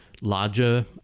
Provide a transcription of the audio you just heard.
larger